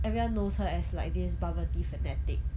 everyone knows her as like this bubble tea fanatic